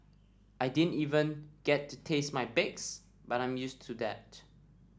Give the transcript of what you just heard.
I didn't even get to taste my bakes but I'm used to that